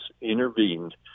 intervened